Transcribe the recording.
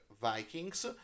Vikings